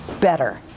better